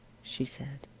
she said.